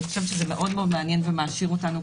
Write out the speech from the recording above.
אני חושבת שזה מאוד מעניין ומעשיר אותנו,